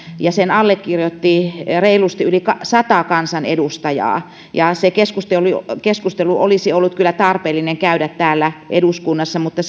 ja sen allekirjoitti reilusti yli sata kansanedustajaa se keskustelu olisi ollut kyllä tarpeellista käydä täällä eduskunnassa mutta